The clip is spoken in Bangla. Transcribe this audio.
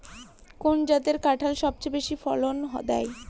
কোন জাতের কাঁঠাল সবচেয়ে বেশি ফলন দেয়?